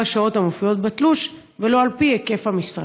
השעות המופיעות בתלוש ולא על פי היקף המשרה?